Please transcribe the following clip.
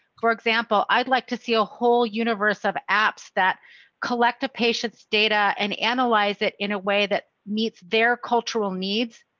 for example, i'd like to see a whole universe of apps that collect a patient's data and analyze it in a way that meets their cultural needs.